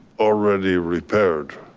already repaired.